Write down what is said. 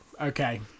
okay